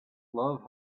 love